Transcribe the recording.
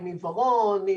עם עיוורון,